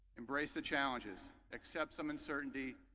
embrace the challenges, accept some uncertainty,